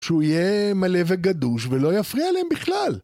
שהוא יהיה מלא וגדוש ולא יפריע להם בכלל